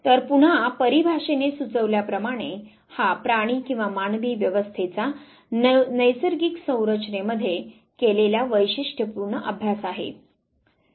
तर् पुन्हा परि भाषेने सुचविल्या प्रमाणे हा प्राणी किंवा मानवी व्यवस्थेचा नैसर्गिक संरचनेमध्येकेलेला वैशिष्ट्यपूर्ण अभ्यास आहे